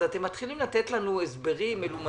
אז אתם מתחילים לתת לנו הסברים מלומדים,